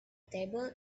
table